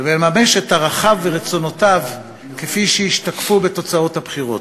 ולממש את ערכיו ורצונותיו כפי שהשתקפו בתוצאות הבחירות.